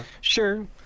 sure